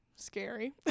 Scary